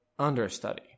understudy